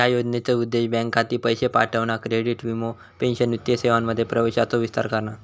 ह्या योजनेचो उद्देश बँक खाती, पैशे पाठवणा, क्रेडिट, वीमो, पेंशन वित्तीय सेवांमध्ये प्रवेशाचो विस्तार करणा